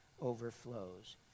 overflows